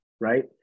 right